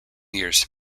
years